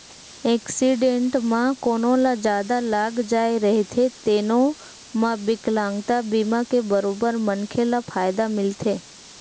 accident म कोनो ल जादा लाग जाए रहिथे तेनो म बिकलांगता बीमा के बरोबर मनखे ल फायदा मिलथे